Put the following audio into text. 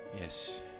Yes